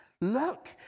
look